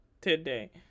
today